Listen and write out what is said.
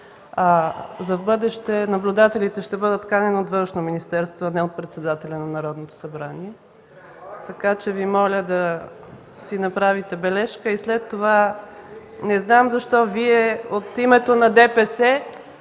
В бъдеще наблюдателите ще бъдат канени от Външното министерство, а не от председателя на Народното събрание. Моля да си направите бележка. Не знам защо Вие от името на ДПС